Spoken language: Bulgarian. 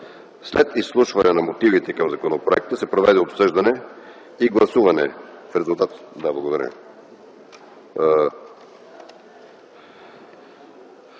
След изслушване на мотивите към законопроекта се проведе обсъждане и гласуване, в резултат на което